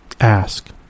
Ask